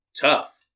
tough